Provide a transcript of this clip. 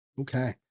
Okay